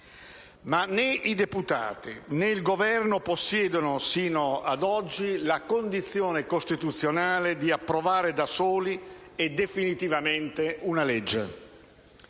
né i deputati, né il Governo possiedono fino ad oggi la condizione costituzionale di approvare da soli e definitivamente una legge.